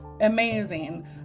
amazing